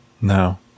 No